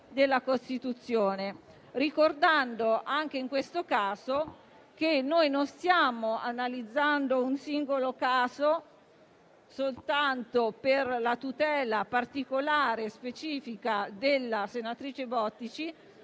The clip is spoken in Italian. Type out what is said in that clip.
della Costituzione. Ricordiamo, anche in questo caso, che noi non stiamo analizzando un singolo caso per la tutela particolare e specifica della senatrice Bottici, ma